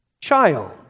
child